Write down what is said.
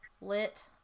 lit